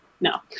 no